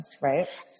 right